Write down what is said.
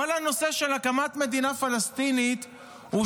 כל הנושא של הקמת מדינה פלסטינית הוא